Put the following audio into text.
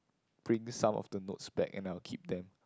print some of the notes back and I'll keep them